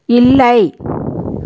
இல்லை